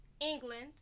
England